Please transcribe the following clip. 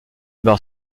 barre